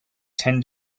ten